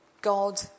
God